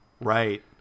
Right